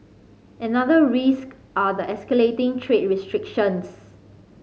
another risk are the escalating trade restrictions